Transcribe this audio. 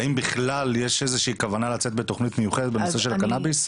האם יש איזושהי כוונה לצאת בתוכנית מיוחדת לצאת בתוכנית של הקנאביס?